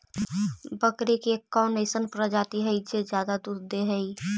बकरी के कौन अइसन प्रजाति हई जो ज्यादा दूध दे हई?